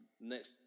next